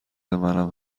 منم